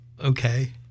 Okay